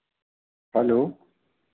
hello